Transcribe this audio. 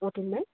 होटेलमै